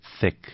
thick